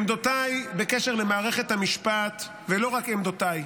עמדותיי בקשר למערכת המשפט, ולא רק עמדותיי,